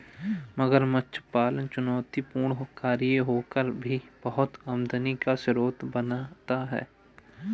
मगरमच्छ पालन चुनौतीपूर्ण कार्य होकर भी बहुत आमदनी का स्रोत बनता है